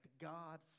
God